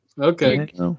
Okay